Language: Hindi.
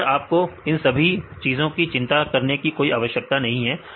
यहां पर आपको इन सभी चीजों की चिंता करने की कोई आवश्यकता नहीं है